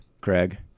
Craig